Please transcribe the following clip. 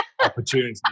opportunity